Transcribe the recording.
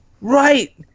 right